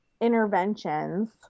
interventions